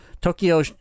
Tokyo